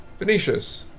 Venetius